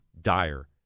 dire